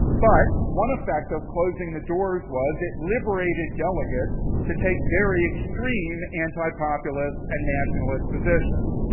but one effect of closing the doors was it liberated delegates to take very extreme antipopulist and nationalist positions.